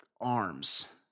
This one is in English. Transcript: arms